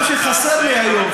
מה שחסר לי היום,